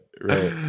right